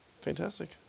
Fantastic